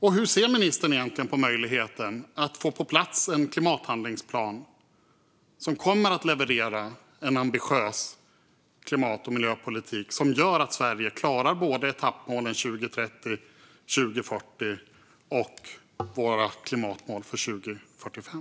Och hur ser ministern egentligen på möjligheten att få en klimathandlingsplan på plats som kommer att leverera en ambitiös klimat och miljöpolitik som gör att Sverige klarar både etappmålen för 2030 och 2040 och våra klimatmål för 2045?